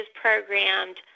programmed